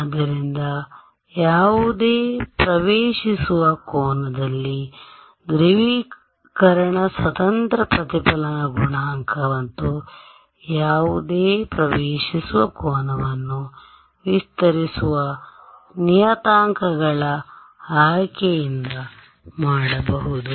ಆದ್ದರಿಂದ ಯಾವುದೇ ಪ್ರವೇಶಿಸುವ ಕೋನದಲ್ಲಿ ಧ್ರುವೀಕರಣ ಸ್ವತಂತ್ರ ಪ್ರತಿಫಲನ ಗುಣಾಂಕ ಮತ್ತು ಯಾವುದೇ ಪ್ರವೇಶಿಸುವ ಕೋನವನ್ನು ವಿಸ್ತರಿಸುವ ನಿಯತಾಂಕಗಳ ಆಯ್ಕೆಯಿಂದ ಮಾಡಬಹುದು